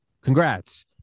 Congrats